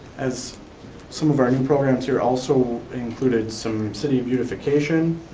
as some of our new programs here also included, some city beautification,